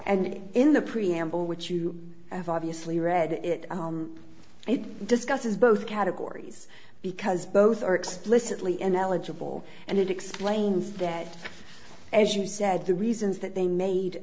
and in the preamble which you have obviously read it it discusses both categories because both are explicitly ineligible and it explains that as you said the reasons that they made